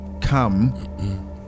come